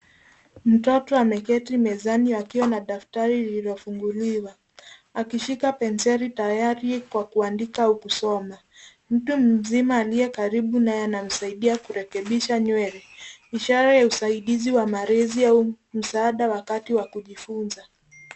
Mtoto ameketi mezani akiwa na daftari lililofunguliwa, akishika penseli tayari kwa kuandika au kusoma. Mtu mzima aliye karibu naye anamsaidia kurekebisha nywele, ishara ya usaidizi wa malezi au msaada wakati wa kujifunza.